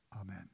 Amen